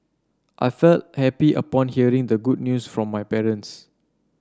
I felt happy upon hearing the good news from my parents